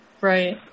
Right